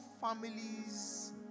families